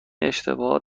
اشتباه